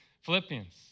Philippians